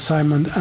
Simon